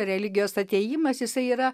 religijos atėjimas jisai yra